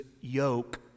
yoke